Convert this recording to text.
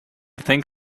think